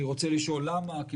אני רוצה לשאול למה.